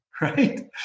right